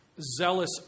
zealous